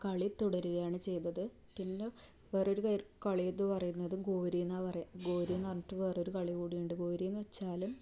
കളി തുടരുകയാണ് ചെയ്തത് പിന്നെ വേറൊരു കളി എന്നു പറയുന്നത് ഗോരീന്നാ പറയുക ഗോരീന്ന് പറഞ്ഞിട്ട് വേറൊരു കളി കൂടിയുണ്ട് ഗോരീന്നു വെച്ചാലും